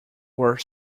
were